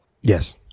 Yes